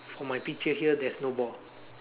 for my picture here there's no ball